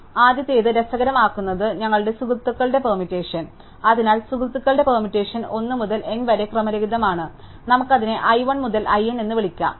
അതിനാൽ ആദ്യത്തേത് രസകരമാകുന്നത് ഞങ്ങളുടെ സുഹൃത്തുക്കളുടെ പെർമ്യൂറ്റേഷൻ അതിനാൽ സുഹുർത്തകളുടെ പെർമ്യൂറ്റേഷൻ 1 മുതൽ n വരെ ക്രമരഹിതമാണ് നമുക്ക് അതിനെ i 1 മുതൽ i n എന്ന് വിളിക്കാം